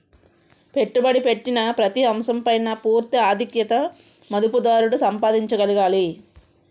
పెట్టుబడి పెట్టిన ప్రతి అంశం పైన పూర్తి ఆధిక్యత మదుపుదారుడు సంపాదించగలగాలి